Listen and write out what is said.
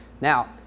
Now